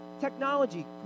technology